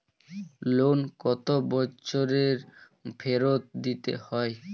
Loan কত বছরে ফেরত দিতে হয়?